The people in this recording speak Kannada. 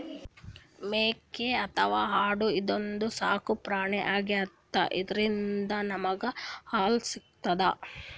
ಮೇಕೆ ಅಥವಾ ಆಡು ಇದೊಂದ್ ಸಾಕುಪ್ರಾಣಿ ಆಗ್ಯಾದ ಇದ್ರಿಂದ್ ನಮ್ಗ್ ಹಾಲ್ ಸಿಗ್ತದ್